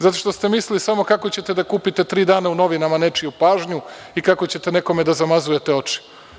Zato što ste mislili samo kako ćete da kupite tri dana u novinama nečiju pažnju i kako ćete nekome da zamazujete oči.